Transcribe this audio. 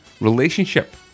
Relationship